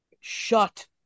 shut